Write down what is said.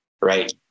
right